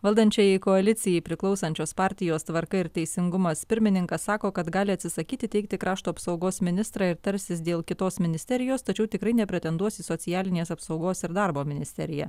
valdančiajai koalicijai priklausančios partijos tvarka ir teisingumas pirmininkas sako kad gali atsisakyti teikti krašto apsaugos ministrą ir tarsis dėl kitos ministerijos tačiau tikrai nepretenduos į socialinės apsaugos ir darbo ministeriją